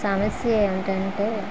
సమస్య ఏంటంటే